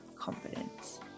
confidence